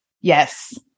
Yes